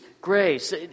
grace